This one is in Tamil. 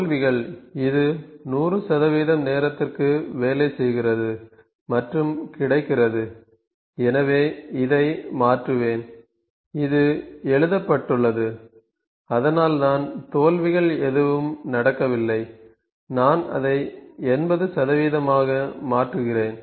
தோல்விகள் இது 100 நேரத்திற்கு வேலை செய்கிறது மற்றும் கிடைக்கிறது எனவே இதை மாற்றுவேன் இது எழுதப்பட்டுள்ளது அதனால்தான் தோல்விகள் எதுவும் நடக்கவில்லை நான் அதை 80 சதவீதமாக மாற்றுகிறேன்